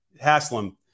Haslam